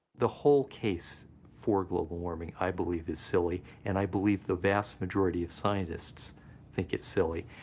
the whole case for global warming i believe is silly, and i believe the vast majority of scientists think it's silly,